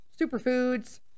Superfoods